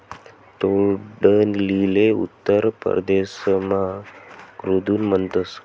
तोंडलीले उत्तर परदेसमा कुद्रुन म्हणतस